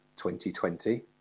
2020